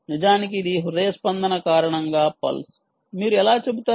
నిజానికి ఇది హృదయ స్పందన కారణంగా పల్స్ మీరు ఎలా చెబుతారు